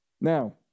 Now